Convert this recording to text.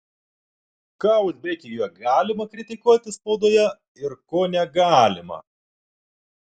ką uzbekijoje galima kritikuoti spaudoje ir ko negalima